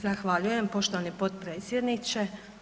Zahvaljujem poštovani potpredsjedniče.